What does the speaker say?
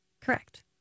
Correct